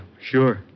sure